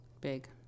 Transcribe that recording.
Big